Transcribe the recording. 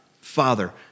Father